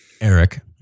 Eric